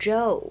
Joe